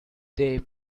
they